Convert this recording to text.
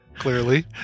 clearly